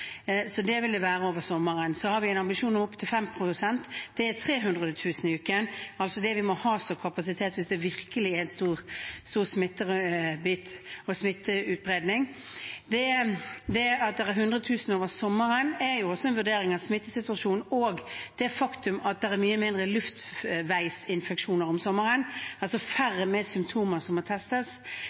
Så det vil det være over sommeren. Og då har vi en ambisjon om opptil 5 pst. Det er 300 000 i uken, altså det vi må ha som kapasitet hvis det virkelig er et stort smitteutbrudd. Det at det er 100 000 i uken over sommeren er jo en vurdering av smittesituasjonen og også det faktum at det er mye mindre luftveisinfeksjoner om sommeren, altså færre med symptomer som må testes.